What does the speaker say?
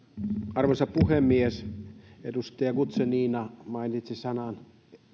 arvoisa puhemies edustaja guzenina mainitsi sanan